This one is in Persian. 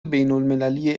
بینالمللی